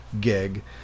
gig